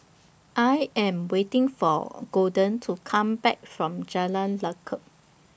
I Am waiting For Golden to Come Back from Jalan Lekub